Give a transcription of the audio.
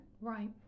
Right